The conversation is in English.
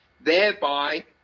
Thereby